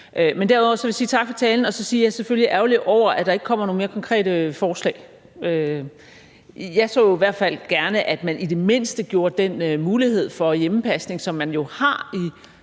dag. Derudover vil jeg sige, at jeg selvfølgelig er ærgerlig over, at der ikke kommer nogle mere konkrete forslag. Jeg så i hvert fald gerne, at man i det mindste gjorde den mulighed for hjemmepasning, som man jo har i